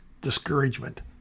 discouragement